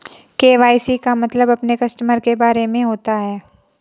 KYC का मतलब अपने कस्टमर के बारे में होता है